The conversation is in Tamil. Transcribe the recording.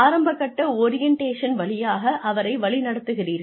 ஆரம்பக்கட்ட ஓரியண்டேஷன் வழியாக அவரை வழிநடத்துகிறீர்கள்